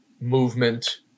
movement